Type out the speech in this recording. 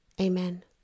Amen